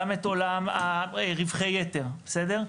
גם את עולם רווחי יתר בסדר?